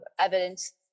evidence